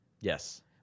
Yes